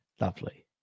Lovely